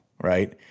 right